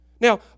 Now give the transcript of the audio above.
Now